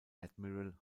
admiral